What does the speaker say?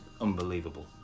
unbelievable